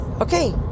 okay